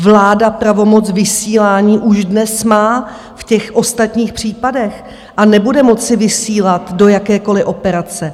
Vláda pravomoc vysílání už dnes má v těch ostatních případech a nebude moci vysílat do jakékoliv operace.